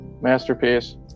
Masterpiece